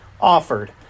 offered